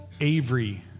Avery